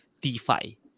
DeFi